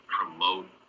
promote